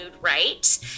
right